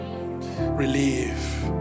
relief